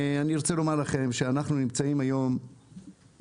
אני רוצה לומר לכם שאנחנו נמצאים היום במצב